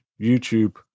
youtube